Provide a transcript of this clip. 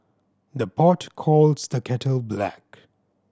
the pot calls the kettle black